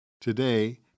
Today